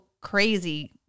crazy